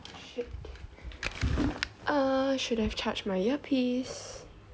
oh shit uh should have charged my earpiece